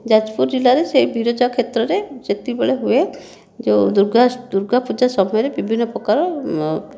ଯାଜପୁର ଜିଲ୍ଲାରେ ସେଇ ବିରଜା କ୍ଷେତ୍ରରେ ସେତିକି ବେଳେ ହୁଏ ଯେଉଁ ଦୁର୍ଗା ଦୁର୍ଗା ପୂଜା ସମୟରେ ବିଭିନ୍ନ ପ୍ରକାର